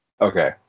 Okay